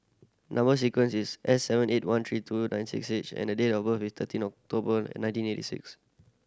number sequence is S seven eight one three two nine six H and the date of birth is thirteen October nineteen eighty six